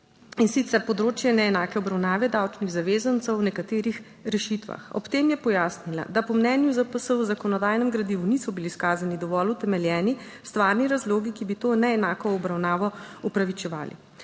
In sicer področje neenake obravnave davčnih zavezancev v nekaterih rešitvah, ob tem je pojasnila, da po mnenju ZPS v zakonodajnem gradivu niso bili izkazani dovolj utemeljeni stvarni razlogi, ki bi to neenako obravnavo upravičevali.